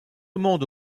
monde